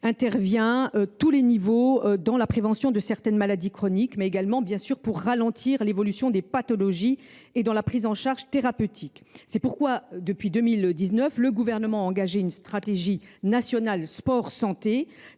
intervient à tous les niveaux : la prévention de certaines maladies chroniques, l’effet sur l’évolution des pathologies et la prise en charge thérapeutique. C’est pourquoi, depuis 2019, le Gouvernement a engagé une stratégie nationale sport santé